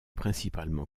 principalement